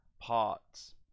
parts